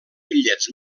bitllets